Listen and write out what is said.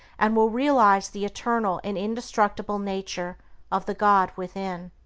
and will realize the eternal and indestructible nature of the god within.